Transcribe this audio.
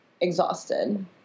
exhausted